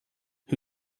who